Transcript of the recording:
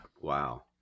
Wow